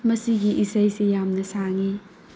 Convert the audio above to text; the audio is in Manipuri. ꯃꯁꯤꯒꯤ ꯏꯁꯩꯁꯤ ꯌꯥꯝꯅ ꯁꯥꯡꯉꯤ